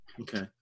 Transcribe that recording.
okay